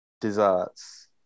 desserts